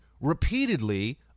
repeatedly